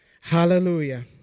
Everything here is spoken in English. Hallelujah